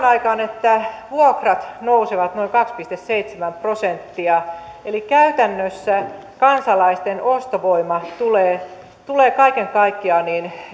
aikaan että vuokrat nousevat noin kaksi pilkku seitsemän prosenttia eli käytännössä kansalaisten ostovoima tulee tulee kaiken kaikkiaan